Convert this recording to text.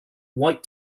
white